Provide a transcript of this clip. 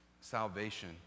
salvation